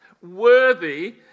worthy